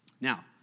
Now